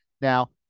Now